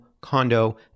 condo